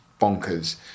bonkers